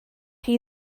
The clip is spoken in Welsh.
chi